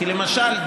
כי למשל,